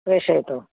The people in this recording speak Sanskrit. प्रेषयतु